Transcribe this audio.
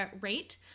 rate